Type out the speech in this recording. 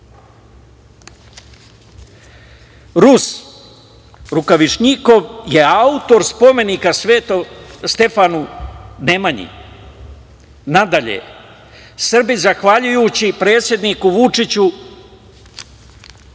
Rus Rukavišnjikov je autor spomenika Stefanu Nemanji. Nadalje, Srbi zahvaljujući predsedniku Vučiću,